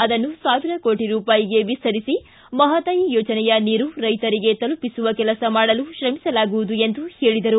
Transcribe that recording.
ಅದನ್ನು ಸಾವಿರ ಕೋಟಿ ರೂಪಾಯಿಗೆ ವಿಸ್ತರಿಸಿ ಮಹದಾಯಿ ಯೋಜನೆಯ ನೀರು ರೈತರಿಗೆ ತಲುಪಿಸುವ ಕೆಲಸ ಮಾಡಲು ಶ್ರಮಿಸಲಾಗುವುದು ಎಂದರು